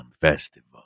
Festival